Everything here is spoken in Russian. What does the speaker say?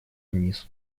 вниз